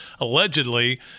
allegedly –